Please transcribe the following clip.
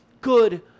good